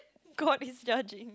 god is judging